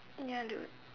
ya I'll do it